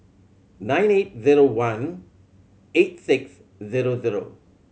nine eight zero one eight six zero zero